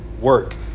work